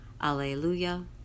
Alleluia